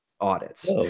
audits